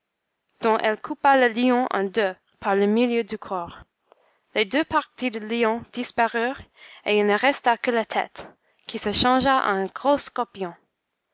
elle coupa le lion en deux par le milieu du corps les deux parties du lion disparurent et il ne resta que la tête qui se changea en un gros scorpion